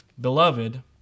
Beloved